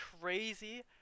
crazy